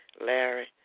Larry